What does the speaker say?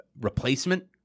replacement